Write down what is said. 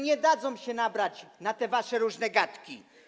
Nie dadzą się nabrać na te wasze różne gadki.